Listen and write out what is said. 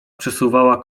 przesuwała